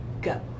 Go